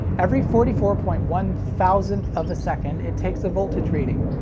every forty four point one thousandth of a second, it takes a voltage reading,